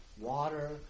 Water